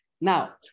Now